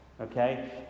Okay